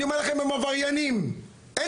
אני אומר לכם שהם עבריינים,